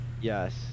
Yes